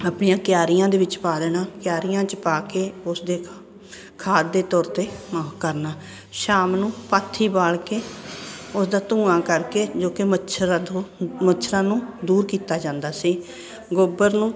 ਆਪਣੀਆਂ ਤਿਆਰੀਆਂ ਦੇ ਵਿੱਚ ਪਾ ਦੇਣਾ ਕਿਆਰੀਆਂ 'ਚ ਪਾ ਕੇ ਉਸਦੇ ਖਾਦ ਦੇ ਤੌਰ 'ਤੇ ਮ ਉਹ ਕਰਨਾ ਸ਼ਾਮ ਨੂੰ ਪਾਥੀ ਬਾਲ ਕੇ ਉਹਦਾ ਧੁੰਆਂ ਕਰਕੇ ਜੋ ਕਿ ਮੱਛਰਾਂ ਤੋਂ ਮੱਛਰਾਂ ਨੂੰ ਦੂਰ ਦਿੱਤਾ ਜਾਂਦਾ ਸੀ ਗੋਬਰ ਨੂੰ